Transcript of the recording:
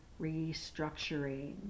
restructuring